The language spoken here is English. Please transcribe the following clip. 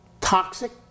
toxic